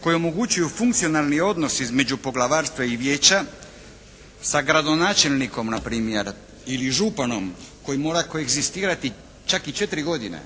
koji omogućuju funkcionalni odnos između poglavarstva i vijeća sa gradonačelnikom na primjer ili županom koji mora koegzistirati čak i četiri godine